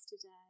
today